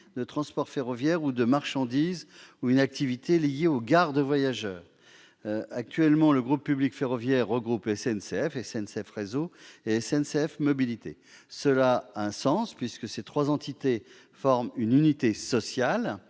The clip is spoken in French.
de transport ferroviaire ou de marchandises ou une activité liée aux gares de voyageurs. Actuellement, le groupe public ferroviaire regroupe SNCF, SNCF Réseau et SNCF Mobilités. Cela a un sens, puisque ces trois entités forment une unité sociale